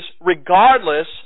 regardless